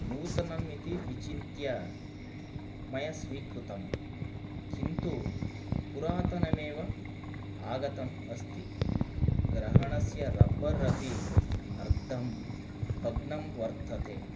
नूतनम् इति विचिन्त्य मया स्वीकृतम् किन्तु पुरातनमेव आगतम् अस्ति ग्रहणस्य रब्बर् अपि अर्धं भग्नं वर्तते